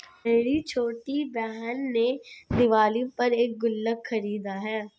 मेरी छोटी बहन ने दिवाली पर एक गुल्लक खरीदा है